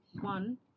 one